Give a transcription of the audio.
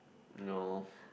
no